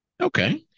Okay